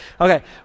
okay